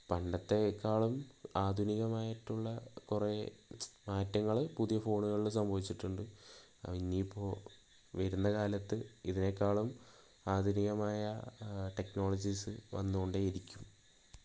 പണ്ടത്തേക്കാളും ആധുനികമായിട്ടുള്ള കുറേ മാറ്റങ്ങൾ പുതിയ ഫോണുകളിൽ സംഭവിച്ചിട്ടുണ്ട് ഇനിയിപ്പോൾ വരുന്ന കാലത്ത് ഇതിനെക്കാളും ആധുനികമായ ടെക്നോളജീസ് വന്നുകൊണ്ടേയിരിക്കും